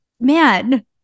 man